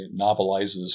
novelizes